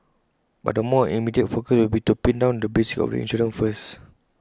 but the more immediate focus will be to pin down the basics of the insurance first